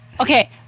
Okay